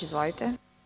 Izvolite.